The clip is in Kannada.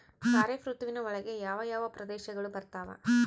ಖಾರೇಫ್ ಋತುವಿನ ಒಳಗೆ ಯಾವ ಯಾವ ಪ್ರದೇಶಗಳು ಬರ್ತಾವ?